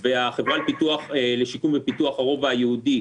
22, זה חיזוק ומיצוב מרחב אגן העיר העתיקה.